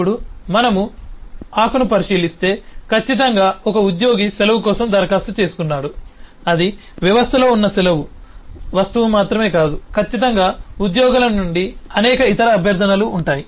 ఇప్పుడు మనము ఆకును పరిశీలిస్తే ఖచ్చితంగా ఒక ఉద్యోగి సెలవు కోసం దరఖాస్తు చేసుకున్నాడు అది వ్యవస్థలో ఉన్న సెలవు వస్తువు మాత్రమే కాదు ఖచ్చితంగా ఉద్యోగుల నుండి అనేక ఇతర అభ్యర్థనలు ఉంటాయి